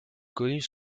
connus